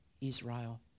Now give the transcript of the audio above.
Israel